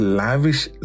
lavish